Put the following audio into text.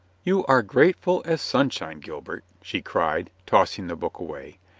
you are grateful as sunshine, gilbert, she cried, tossing the book away.